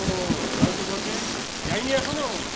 ও তাইতো বটে যাই নি এখনো